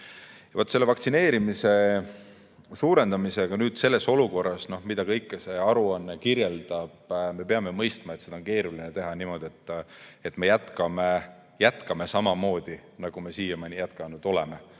Vaat selle vaktsineerimise suurendamise suhtes selles olukorras, mida kõike see aruanne kirjeldab, me peame mõistma, et seda on keeruline teha niimoodi, et me jätkame samamoodi, nagu me siiani teinud oleme.